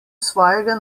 svojega